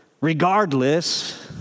regardless